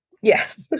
Yes